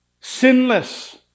Sinless